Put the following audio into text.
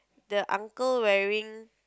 the uncle wearing